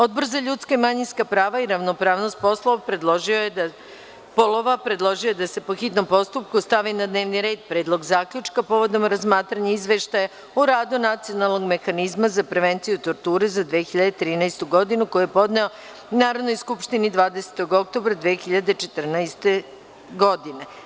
Odbor za ljudska i manjinska prava i ravnopravnost polova predložio je da se po hitnom postupku stavi na dnevni red Predlog zaključka povodom razmatranja Izveštaja o radu Nacionalnog mehanizma za prevenciju torture za 2013. godinu, koji je podneo Narodnoj skupštini 20. oktobra 2014. godine.